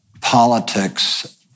politics